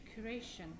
curation